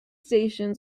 stations